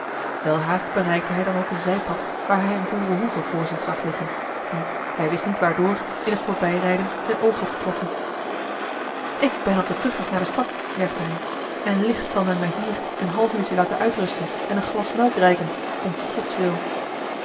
welhaast bereikte hij dan ook een zijpad waar hij eene boerenhoeve vr zich zag liggen die hij wist niet waardoor in het voorbijrijden zijn oog had getroffen ik ben op den terugweg naar de stad juichte hij en licht zal men mij hier een half uurtje laten uitrusten en een glas melk reiken om godswil